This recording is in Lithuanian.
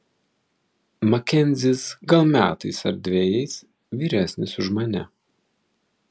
makenzis gal metais ar dvejais vyresnis už mane